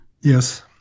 Yes